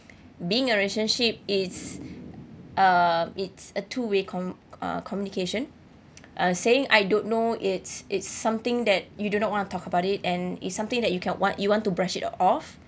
being a relationship it's uh it's a two way com~ uh communication uh saying I don't know it's it's something that you do not want to talk about it and it's something that you can't want you want to brush it off